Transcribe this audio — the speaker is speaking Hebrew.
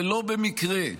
ולא במקרה,